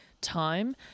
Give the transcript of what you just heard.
time